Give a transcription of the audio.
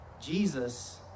Jesus